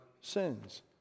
sins